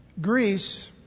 Greece